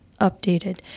updated